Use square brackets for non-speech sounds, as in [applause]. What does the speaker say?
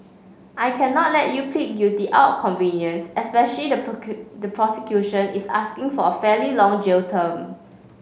I cannot let you plead guilty out convenience especially the [unintelligible] the prosecution is asking for a fairly long jail term